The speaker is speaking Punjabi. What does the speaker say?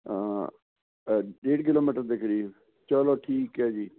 ਹਾ ਡੇਢ ਕਿਲੋਮੀਟਰ ਦੇ ਕਰੀਬ ਚਲੋ ਠੀਕ ਹ ਜੀ